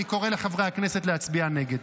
אני קורא לחברי הכנסת להצביע נגד.